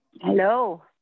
Hello